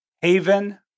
Haven